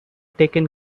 taken